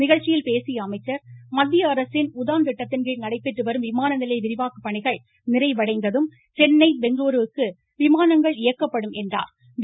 நிகழ்ச்சியில் பேசிய அமைச்சர் மத்திய அரசின் உதான் திட்டத்தின் கீழ் நடைபெற்று வரும் விமான நிலைய விரிவாக்க பணிகள் நிறைவடைந்ததும் சென்னை பெங்களூருக்கு விமானங்கள் இயக்கப்படும் என்றார்